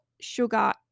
sugar